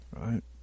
right